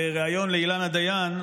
בריאיון לאילנה דיין,